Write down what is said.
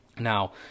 Now